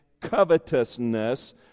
covetousness